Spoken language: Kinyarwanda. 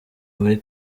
muri